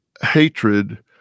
hatred